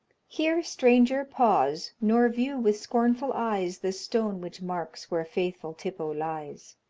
here, stranger, pause, nor view with scornful eyes the stone which marks where faithful tippo lies.